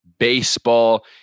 baseball